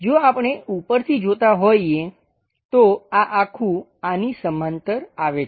જો આપણે ઉપરથી જોતા હોઈએ તો આ આખું આની સમાંતર આવે છે